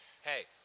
hey